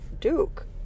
Duke